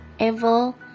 evil